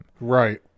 Right